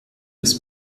des